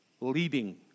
leading